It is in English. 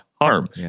harm